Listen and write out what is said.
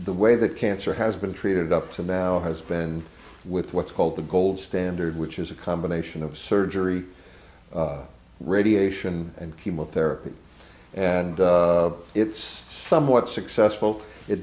way that cancer has been treated up to now has been with what's called the gold standard which is a combination of surgery radiation and chemotherapy and it's somewhat successful it